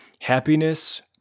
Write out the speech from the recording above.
Happiness